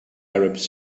arabs